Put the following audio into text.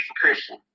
Christian